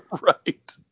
Right